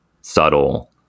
subtle